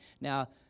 Now